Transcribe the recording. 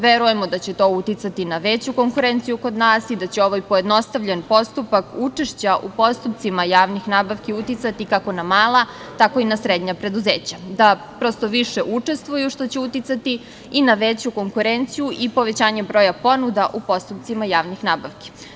Verujemo da će to uticati na veću konkurenciju kod nas i da će ovaj pojednostavljen postupak učešća u postupcima javnih nabavki uticati kako na mala, tako i na srednja preduzeća, da prosto više učestvuju, što će uticati i na veću konkurenciju i povećanje broja ponuda u postupcima javnih nabavki.